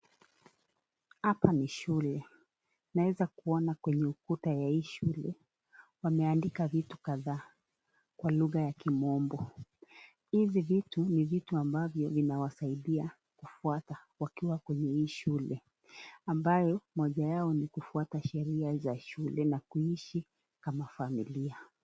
Hapa ni shule . Tunaweza Kuona kwenye ukuta Wa hii shule wameandika vitu kadhaa kwa lugha ya kimbombo . Hizi vitu ni vitu vinavyo wasaidia kufata wakiwa kwenye hii shule, ambayo Moja yao ni kufata masharti ya shule na kuishi kama familia.